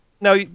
now